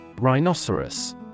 Rhinoceros